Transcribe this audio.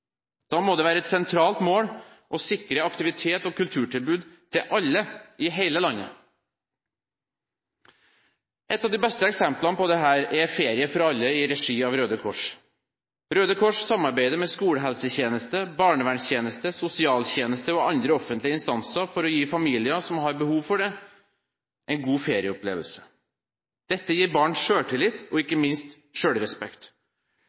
Da må det være et sentralt mål å sikre aktivitet og kulturtilbud til alle i hele landet. Et av de beste eksemplene på dette er Ferie for alle i regi av Røde Kors. Røde Kors samarbeider med skolehelsetjeneste, barnevernstjeneste, sosialtjeneste og andre offentlige instanser for å gi familier som har behov for det, en god ferieopplevelse. Dette gir barn selvtillit, og